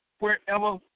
Wherever